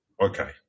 Okay